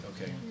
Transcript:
okay